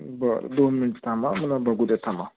बरं दोन मिनिट थांबा मला बगूद्या थांबा